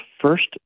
first